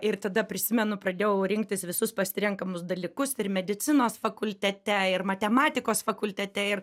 ir tada prisimenu pradėjau rinktis visus pasirenkamus dalykus ir medicinos fakultete ir matematikos fakultete ir